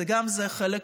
וגם זה חלק